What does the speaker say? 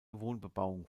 wohnbebauung